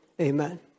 Amen